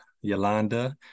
Yolanda